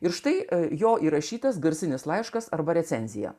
ir štai jo įrašytas garsinis laiškas arba recenziją